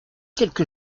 quelque